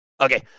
Okay